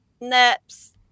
nips